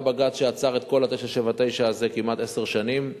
היה בג"ץ שעצר את כל ה-979 הזה כמעט עשר שנים.